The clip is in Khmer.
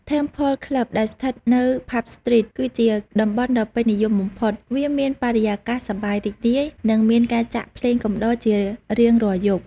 Temple Club ដែលស្ថិតនៅ Pub Street គឺជាតំបន់ដ៏ពេញនិយមបំផុត វាមានបរិយាកាសសប្បាយរីករាយ និងមានការចាក់ភ្លេងកំដរជារៀងរាល់យប់។